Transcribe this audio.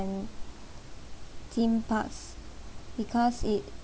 and theme parks because it